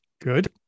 Good